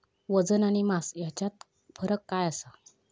वजन आणि मास हेच्यात फरक काय आसा?